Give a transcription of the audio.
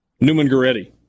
Newman-Garetti